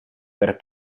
per